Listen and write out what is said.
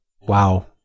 wow